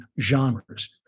genres